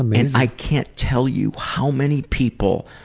um and i can't tell you how many people